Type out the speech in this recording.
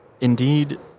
indeed